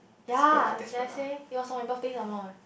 ya then I say and it was on my birthday some more leh